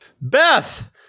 Beth